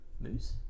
Moose